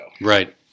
Right